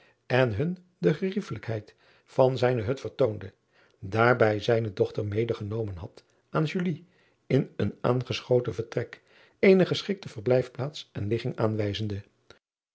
en hun de gerijf lijkheid van zijne hut vertoonde daar bij zijne dochter mede genomen had aan in een asgeschoten vertrekje eene geschikte verblijfplaats en ligging aanwijzende